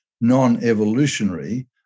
non-evolutionary